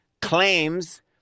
claims